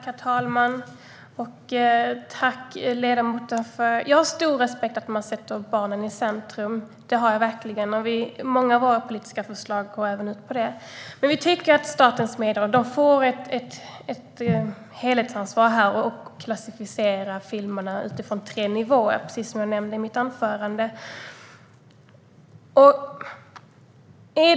Herr talman! Jag har verkligen stor respekt för att man sätter barnen i centrum. Många av våra politiska förslag går också ut på det. Men vi tycker att Statens medieråd här får ett helhetsansvar för klassificering av filmer utifrån tre nivåer, som jag nämnde i mitt anförande.